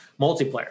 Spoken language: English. multiplayer